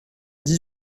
dix